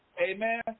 Amen